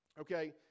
Okay